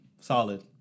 Solid